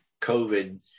COVID